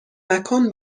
مکان